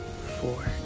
four